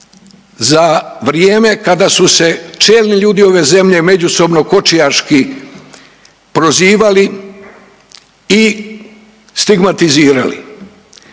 za vrijeme kada su se čelni ljudi ove zemlje međusobno kočijaški prozivali i stigmatizirali.